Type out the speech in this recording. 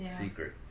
secret